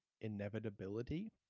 inevitability